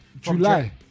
July